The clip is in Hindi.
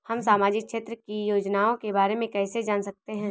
हम सामाजिक क्षेत्र की योजनाओं के बारे में कैसे जान सकते हैं?